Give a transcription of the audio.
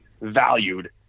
valued